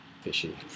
Fishy